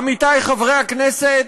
עמיתי חברי הכנסת,